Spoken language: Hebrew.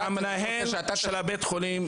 אתה אמרת ש --- מנהל בית החולים,